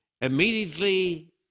immediately